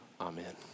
Amen